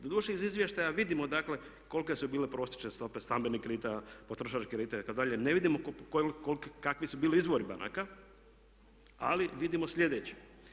Doduše iz izvještaja vidimo dakle kolike su bile prosječne stope stambenih kredita, potrošačkih kredita itd., ne vidimo kakvi su bili izvori banaka ali vidimo sljedeće.